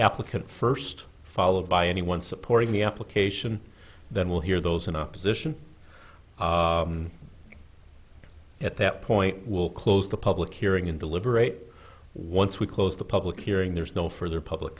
applicant first followed by anyone supporting the application then we'll hear those in opposition at that point will close the public hearing in the liberate once we close the public hearing there is no further public